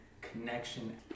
connection